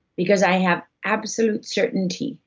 because i have absolute certainty,